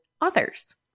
authors